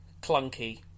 Clunky